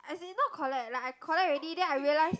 as in not collect like I collect already then I realised